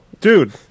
dude